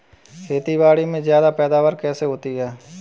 खेतीबाड़ी में ज्यादा पैदावार कैसे होती है?